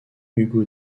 hugo